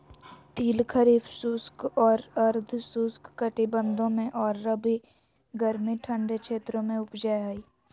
तिल खरीफ शुष्क और अर्ध शुष्क कटिबंधों में और रबी गर्मी ठंडे क्षेत्रों में उपजै हइ